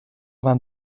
vingt